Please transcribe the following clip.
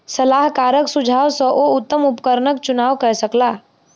सलाहकारक सुझाव सॅ ओ उत्तम उपकरणक चुनाव कय सकला